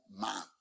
man